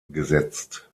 gesetzt